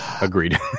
agreed